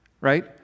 right